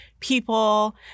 people